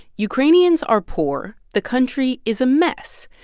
ukrainians are poor. the country is a mess.